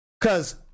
Cause